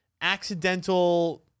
accidental